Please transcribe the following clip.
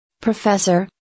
Professor